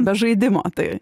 be žaidimo tai